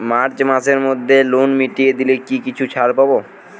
March মাসের মধ্যে loan মিটিয়ে দিলে কি কিছু ছাড় পাব?